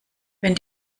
wenn